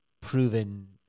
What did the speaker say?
proven